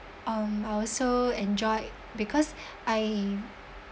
um I also enjoyed because I